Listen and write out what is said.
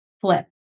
flip